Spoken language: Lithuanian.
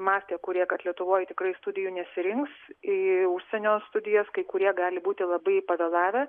mąstė kurie kad lietuvoj tikrai studijų nesirinks į užsienio studijas kai kurie gali būti labai pavėlavę